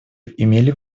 имели